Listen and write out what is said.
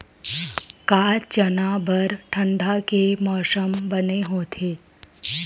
का चना बर ठंडा के मौसम बने होथे?